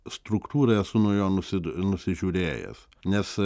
struktūrą esu nuo jo nusidu nusižiūrėjęs nes